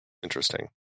interesting